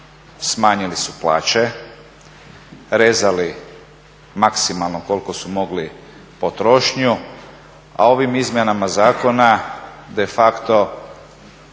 smanjili su plaće, rezali maksimalno koliko su mogli potrošnju, a ovim izmjenama zakona de facto